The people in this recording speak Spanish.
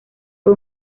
fue